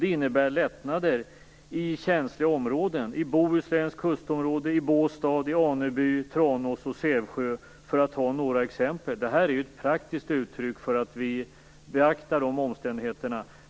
Det innebär lättnader i känsliga områden; i Bohusläns kustområden, i Båstad, i Aneby, Tranås och Sävsjö för att ta några exempel. Detta är ett praktiskt uttryck för att regeringen beaktar dessa omständigheter.